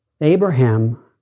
Abraham